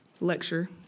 lecture